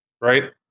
Right